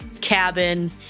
cabin